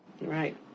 Right